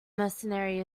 mercenary